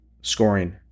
scoring